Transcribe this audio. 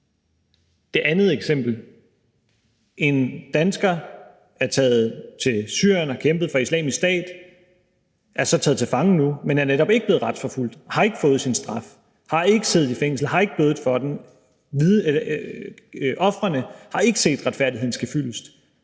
den anden side er en dansker taget til Syrien og har kæmpet for Islamisk Stat og er så taget til fange nu, men er netop ikke blevet retsforfulgt og har ikke fået sin straf, har ikke siddet i fængsel, har ikke bødet for det, ofrene har ikke set retfærdigheden ske fyldest.